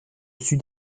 sud